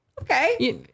Okay